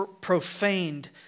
profaned